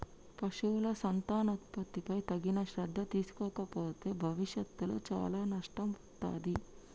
పశువుల సంతానోత్పత్తిపై తగిన శ్రద్ధ తీసుకోకపోతే భవిష్యత్తులో చాలా నష్టం వత్తాది